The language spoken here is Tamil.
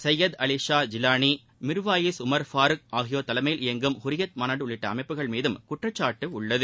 சையத் அலி ஷா ஜிவானி மிா்வாயிஸ் உமா் பாருக் ஆகியோா் தலைமையில் இயங்கும் ஹுரியத் மாநாடு உள்ளிட்ட அமைப்புகள் மீதும் குற்றச்சாட்டு உள்ளது